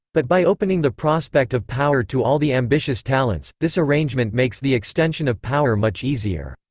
but by opening the prospect of power to all the ambitious talents, this arrangement makes the extension of power much easier.